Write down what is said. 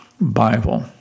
Bible